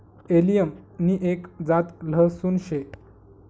allium नि एक जात लहसून शे